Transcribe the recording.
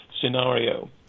scenario